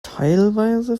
teilweise